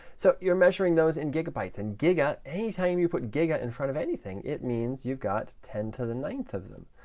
so you're measuring those in gigabytes. and giga, anytime you put giga in front of anything it means you've got ten to the ninth of them.